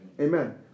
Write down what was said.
Amen